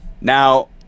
Now